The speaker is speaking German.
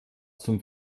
zum